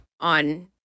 on